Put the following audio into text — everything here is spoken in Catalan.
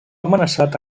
amenaçat